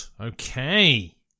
Okay